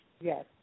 Yes